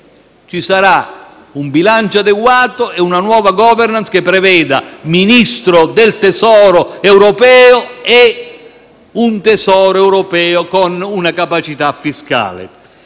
ci sarà un bilancio adeguato e una nuova *governance* che preveda un Ministro del tesoro europeo e un Tesoro europeo con una capacità fiscale.